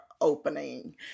opening